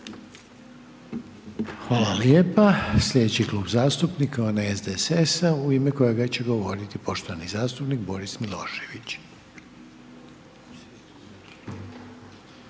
Hvala lijepa. Sljedeći klub zastupnika, onaj SDSS-a u ime kojega će govoriti poštovani zastupnik Boris Milošević.